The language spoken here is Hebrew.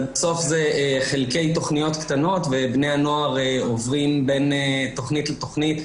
אבל בסוף זה חלקי תכניות קטנות ובני הנוער עוברים בין תכנית לתכנית,